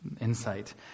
insight